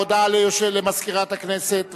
הודעה למזכירת הכנסת.